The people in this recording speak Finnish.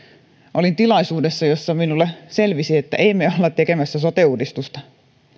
olin tilaisuudessa jossa minulle selvisi että emme me ole tekemässä sote uudistusta